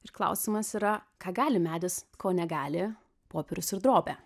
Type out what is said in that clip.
ir klausimas yra ką gali medis ko negali popierius ir drobė